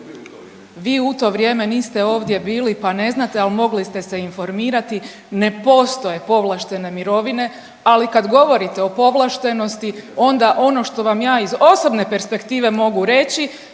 Vi u to vrijeme niste ovdje bili pa ne znate, ali mogli ste se informirati. Ne postoje povlaštene mirovine, ali kad govorite o povlaštenosti onda ono što vam ja iz osobne perspektive mogu reći